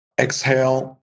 exhale